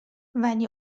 ولی